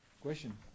Question